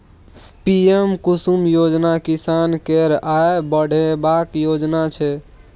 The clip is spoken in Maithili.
पीएम कुसुम योजना किसान केर आय बढ़ेबाक योजना छै